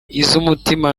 iz’umutima